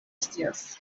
scias